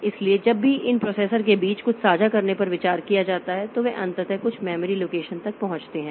इसलिए जब भी इन प्रोसेसर के बीच कुछ साझा करने पर विचार किया जाता है तो वे अंततः कुछ मेमोरी लोकेशन तक पहुंचते हैं